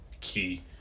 key